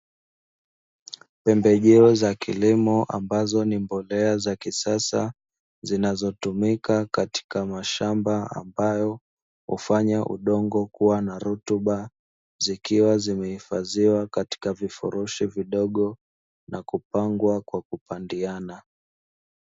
Pembejeo za kilimo ambazo ni mbolea za kisasa zinazotumika katika mashamba ambayo hufanya udongo kuwa na rutuba, zikiwa zimehifadhiwa katika vifurushi vidogo na kupangwa kwa kupandiana.